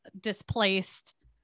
displaced